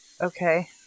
Okay